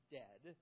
dead